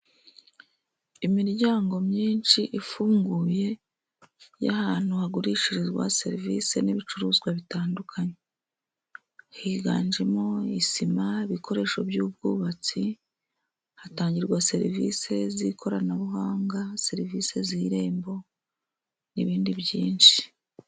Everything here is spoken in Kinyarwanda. Imiryango myinshi ifunguye, y'ahantu hagurishirizwa serivisi n'ibicuruzwa bitandukanye, higanjemo isima, ibikoresho by'ubwubatsi, hatangirwa serivisi z'ikoranabuhanga, serivisi z'irembo n'ibindi byinshi.